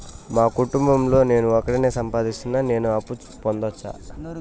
మా కుటుంబం లో నేను ఒకడినే సంపాదిస్తున్నా నేను అప్పు పొందొచ్చా